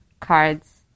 cards